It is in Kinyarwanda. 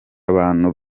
abantu